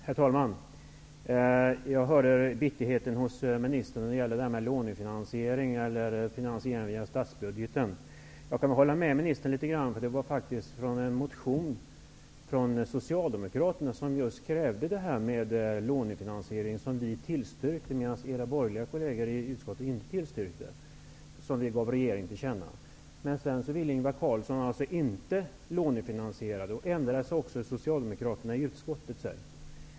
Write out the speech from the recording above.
Herr talman! Jag hörde bitterheten hos ministern när det gäller lånefinansiering eller finansiering via statsbudgeten. Jag kan delvis hålla med ministern, för det var faktiskt i en motion från Socialdemokraterna som man krävde lånefinansiering och som ni tillstyrkte, medan era borgerliga kolleger i utskottet inte gjorde det. Det gav vi regeringen till känna. Sedan ville Ingvar Carlsson inte lånefinansiera. Då ändrade sig också socialdemokraterna i utskottet.